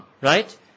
Right